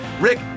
Rick